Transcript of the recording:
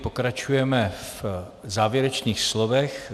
Pokračujeme v závěrečných slovech.